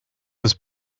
was